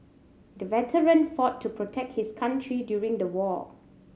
the veteran fought to protect his country during the war